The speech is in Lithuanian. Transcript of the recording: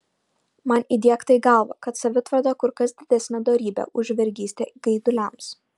man įdiegta į galvą kad savitvarda kur kas didesnė dorybė už vergystę geiduliams